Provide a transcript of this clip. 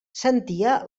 sentia